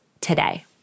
today